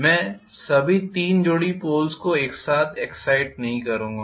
मैं सभी तीन जोड़ी पोल्स को एक साथ एक्साइट नहीं करूंगा